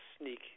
sneak